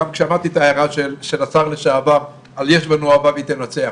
גם שמעתי את ההערה של השר לשעבר על יש בנו אהבה והיא תנצח.